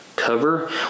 cover